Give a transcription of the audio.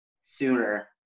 sooner